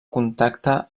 contacte